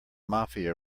mafia